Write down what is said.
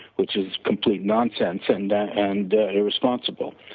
which is complete nonsense and and and irresponsible